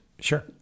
Sure